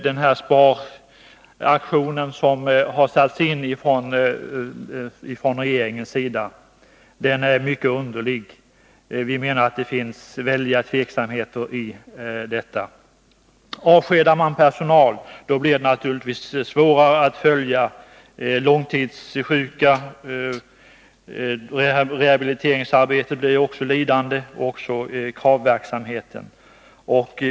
Den sparaktion som regeringen här har satt in är mycket underlig, och det finns enligt vår mening anledning att hysa tvivel om den. Avskedar man personal, blir det naturligtvis svårare att följa långtidssjuka, rehabiliteringsarbetet blir lidande, och likaså kravverksamheten.